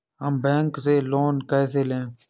हम बैंक से लोन कैसे लें?